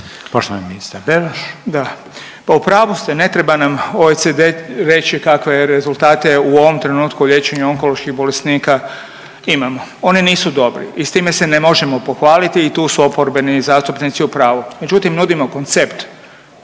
o tome je ministar